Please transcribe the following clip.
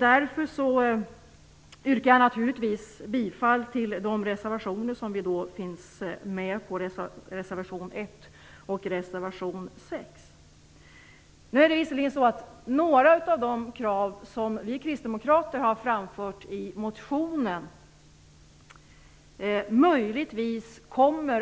Jag yrkar naturligtvis bifall till de reservationer som vi är med på, reservation 1 och reservation 6. Visserligen kommer möjligtvis några av de krav som vi kristdemokrater har framfört i motionen